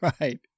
Right